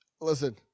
Listen